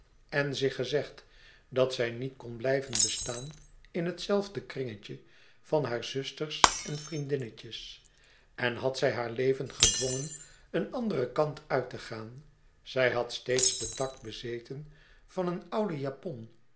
en zich gezegd dat zij niet kon blijven bestaan in het zelfde kringetje van hare zusters en vriendinnetjes en had zij haar leven gedwongen een andere kant uit te gaan zij had steeds den tact bezeten van een ouden japon